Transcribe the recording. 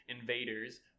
invaders